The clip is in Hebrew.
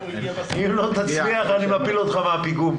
אם לא תצליח, אני אפיל אותך מהפיגום.